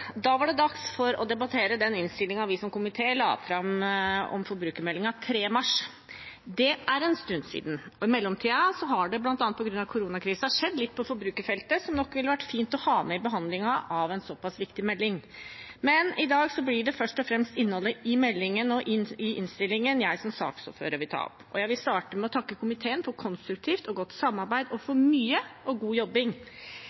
Da er det dags for å debattere den innstillingen vi som komité la fram i forbindelse med forbrukermeldingen den 3. mars. Det er en stund siden, og i mellomtiden har det, bl.a. på grunn av koronakrisen, skjedd litt på forbrukerfeltet som det nok ville ha vært fint å ha med i behandlingen av en såpass viktig melding. Men i dag blir det først og fremst innholdet i meldingen og i innstillingen jeg som saksordfører vil ta opp. Jeg vil starte med å takke komiteen for et konstruktivt og godt samarbeid og